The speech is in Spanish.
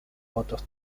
fotos